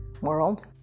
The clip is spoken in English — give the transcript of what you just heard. world